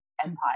empire